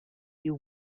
you